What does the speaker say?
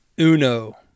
Uno